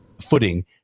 footing